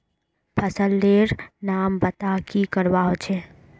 फसल लेर नाम बता की करवा होचे?